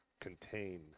contain